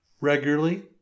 regularly